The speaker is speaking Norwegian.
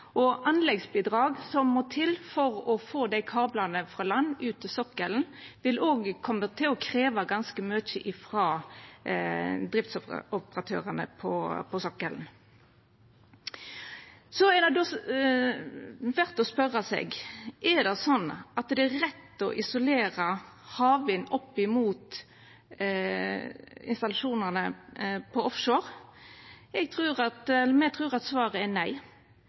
og anleggsbidrag som må til for å få dei kablane frå land ut til sokkelen, vil koma til å krevja ganske mykje frå driftsoperatørane på sokkelen. Så er det verdt å spørja seg: Er det rett å isolera havvind opp imot installasjonane på offshore? Me trur svaret er nei. Havvind må brukast til å elektrifisera på generell basis og sånn sett ikkje nødvendigvis berre koplast opp mot sokkelen. Det er